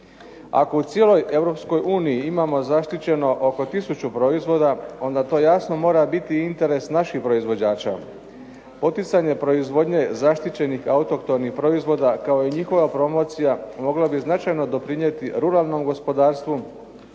uniji imamo zaštićeno oko tisuću proizvoda, onda to jasno mora biti interes naših proizvođača. Poticanje proizvodnje zaštićenih autohtonih proizvoda, kao i njihova promocija mogla bi značajno doprinijeti ruralnom gospodarstvu,